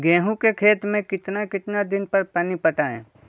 गेंहू के खेत मे कितना कितना दिन पर पानी पटाये?